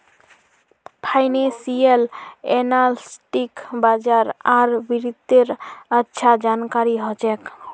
financial एनालिस्टक बाजार आर वित्तेर अच्छा जानकारी ह छेक